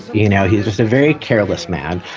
you know, he's just a very careless man,